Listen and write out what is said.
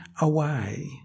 away